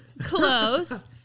Close